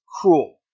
Cruel